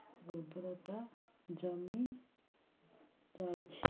ଉର୍ବରତା ଜମି ଯାଉଛି